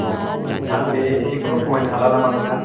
औ नोंथां बे एसेखौनो खमायनो हाला नामा नोंथां